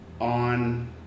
on